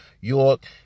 York